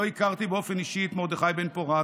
לא הכרתי באופן אישי את מרדכי בן-פורת,